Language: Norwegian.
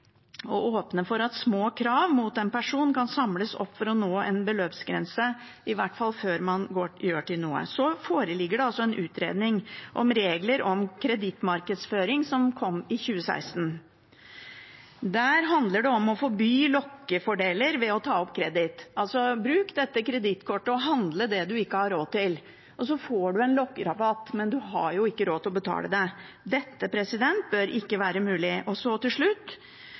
og å åpne for at små krav mot en person kan samles opp for å nå en beløpsgrense – i hvert fall før man gjør noe. Videre foreligger det en utredning om regler for kredittmarkedsføring – den kom i 2016. Der handler det om å forby lokkefordeler ved å ta opp kreditt. Altså: Bruk dette kredittkortet og handle det du ikke har råd til – og så får man en lokkerabatt, men man har ikke råd til å betale det. Det bør ikke være mulig. Til slutt